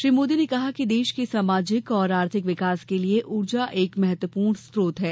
श्री मोदी ने कहा कि देश के सामाजिक और आर्थिक विकास के लिए ऊर्जा एक महत्वपूर्ण स्रोत है